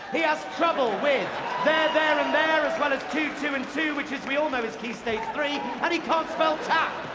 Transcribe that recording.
he has trouble with there, their and they're, as well as to, too and two, which as we all know is key stage three. and he can't spell tap!